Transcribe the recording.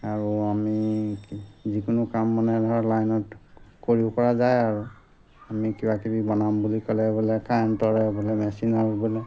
আৰু আমি যিকোনো কাম মানে ধৰক লাইনত কৰিব পৰা যায় আৰু আমি কিবা কিবি বনাম বুলি ক'লে বোলে কাৰেণ্টৰে বোলে মেচিনৰ বোলে